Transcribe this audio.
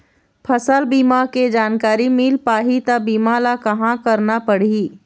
फसल बीमा के जानकारी मिल पाही ता बीमा ला कहां करना पढ़ी?